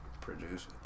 Produce